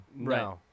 Right